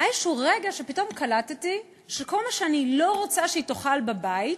היה רגע שפתאום קלטתי שכל מה שאני לא רוצה שהיא תאכל בבית,